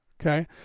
okay